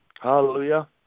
Hallelujah